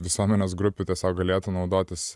visuomenės grupių tiesiog galėtų naudotis